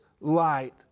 light